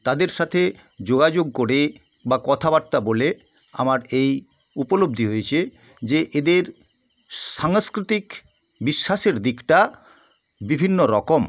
তাদের সাথে যোগাযোগ করে বা কথাবার্তা বলে আমার এই উপলব্ধি হয়েছে যে এদের সাংস্কৃতিক বিশ্বাসের দিকটা বিভিন্ন রকম